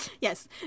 Yes